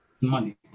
money